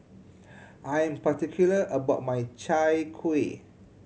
I am particular about my Chai Kueh